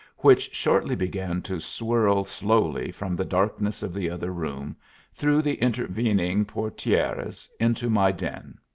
which shortly began to swirl slowly from the darkness of the other room through the intervening portieres into my den.